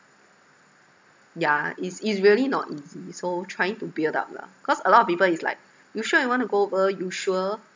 yeah it's it's really not easy so trying to build up lah cause a lot of people is like you sure you want to go over you sure